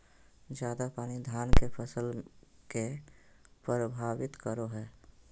ज्यादा पानी धान के फसल के परभावित करो है?